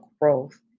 growth